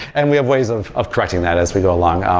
and we have ways of of correcting that as we go along. um